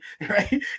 right